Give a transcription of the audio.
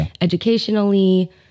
educationally